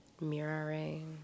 mirroring